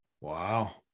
Wow